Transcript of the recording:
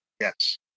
Yes